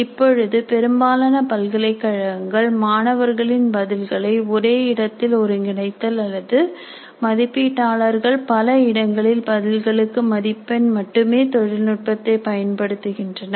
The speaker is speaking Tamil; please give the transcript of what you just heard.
இப்பொழுது பெரும்பாலான பல்கலைக் கழகங்கள் தொழில்நுட்பத்தை மாணவர்களின் பதில்களை ஒரே இடத்தில் அல்லது பல இடங்களில் மதிப்பீட்டாளர்களுக்காக ஒருங்கிணைத்து பதில்களுக்கு மதிப்பெண் தர பயன்படுத்துகிறார்கள்